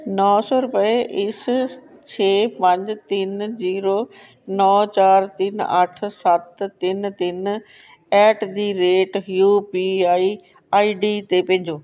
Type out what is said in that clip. ਨੌ ਸੌ ਰੁਪਏ ਇਸ ਛੇ ਪੰਜ ਤਿੰਨ ਜੀਰੋ ਨੌ ਚਾਰ ਤਿੰਨ ਅੱਠ ਸੱਤ ਤਿੰਨ ਤਿੰਨ at the rate U P I I D 'ਤੇ ਭੇਜੋ